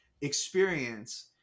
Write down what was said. experience